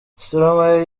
stromae